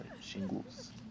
shingles